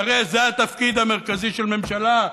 והרי זה התפקיד המרכזי של ממשלה,